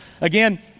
Again